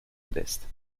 modestes